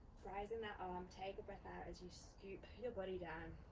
rising that arm, take a breath out as you scoop your body down.